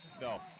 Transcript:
no